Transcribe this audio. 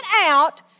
out